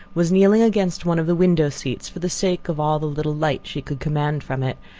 was kneeling against one of the window-seats for the sake of all the little light she could command from it,